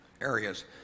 areas